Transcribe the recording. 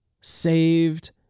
saved